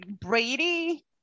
Brady